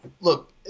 look